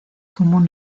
común